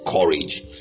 courage